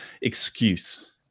excuse